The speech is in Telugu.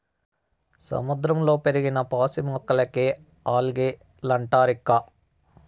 సముద్రంలో పెరిగిన పాసి మొక్కలకే ఆల్గే లంటారక్కా